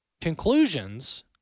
conclusions